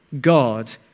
God